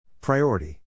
Priority